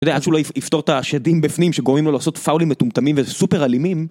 אתה יודע, אז אולי יפתור את השדים בפנים שגורמים לו לעשות פאולים מטומטמים וסופר אלימים